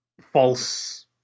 false